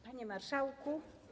Panie Marszałku!